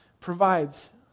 provides